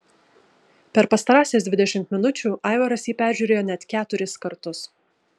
per pastarąsias dvidešimt minučių aivaras jį peržiūrėjo net keturis kartus